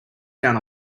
down